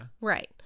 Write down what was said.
Right